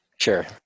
Sure